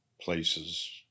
Places